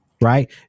right